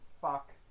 fuck